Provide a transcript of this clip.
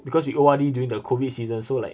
because we O_R_D during the COVID season so like